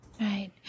Right